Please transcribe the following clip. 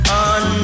on